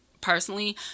personally